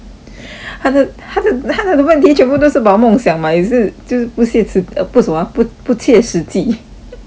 他的他的他的问题全部都是 about 梦想 mah 也是就是不切实 uh 不什么 ah 不不切实际